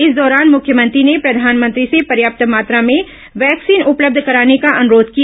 इस दौरान मुख्यमंत्री ने प्रधानमंत्री से पर्याप्त मात्रा में वैक्सीन उपलब्ध कराने का अनुरोध किया